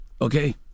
okay